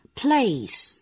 place